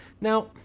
Now